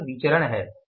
तो यह विचरण है